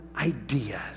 ideas